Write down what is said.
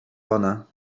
ona